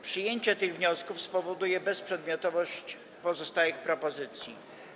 Przyjęcie tych wniosków spowoduje bezprzedmiotowość pozostałych propozycji.